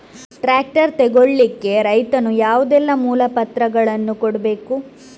Tractor ತೆಗೊಳ್ಳಿಕೆ ರೈತನು ಯಾವುದೆಲ್ಲ ಮೂಲಪತ್ರಗಳನ್ನು ಕೊಡ್ಬೇಕು?